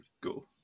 go